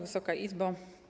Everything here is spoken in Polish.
Wysoka Izbo!